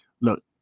look